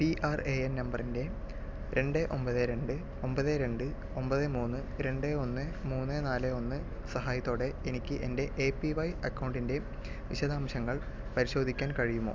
P R A N നമ്പറിൻ്റെ രണ്ട് ഒമ്പത് രണ്ട് ഒമ്പത് രണ്ട് ഒമ്പത് മൂന്ന് രണ്ട് ഒന്ന് മൂന്ന് നാല് ഒന്ന് സഹായത്തോടെ എനിക്ക് എൻ്റെ എ പി വൈ അക്കൗണ്ടിൻ്റെ വിശദാംശങ്ങൾ പരിശോധിക്കാൻ കഴിയുമോ